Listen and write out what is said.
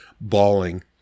bawling